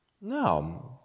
No